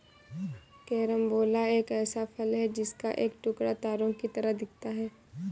carambola एक ऐसा फल है जिसका एक टुकड़ा तारों की तरह दिखता है